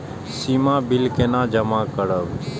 सीमा bill केना जमा करब?